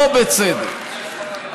לא בצדק,